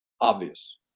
obvious